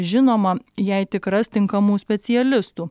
žinoma jei tik ras tinkamų specialistų